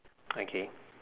okay